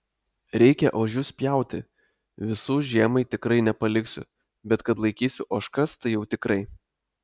reikia ožius pjauti visų žiemai tikrai nepaliksiu bet kad laikysiu ožkas tai jau tikrai